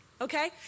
Okay